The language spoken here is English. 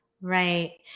Right